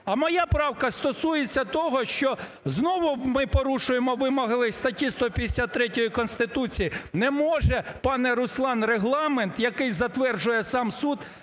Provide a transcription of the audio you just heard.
А моя правка стосується того, що знову ми порушуємо вимоги статті 153 Конституції. Не може, пане Руслан, регламент, який затверджує сам суд,